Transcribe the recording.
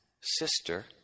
sister